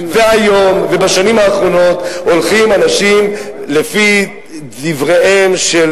והיום ובשנים האחרונות הולכים אנשים לפי דבריהם של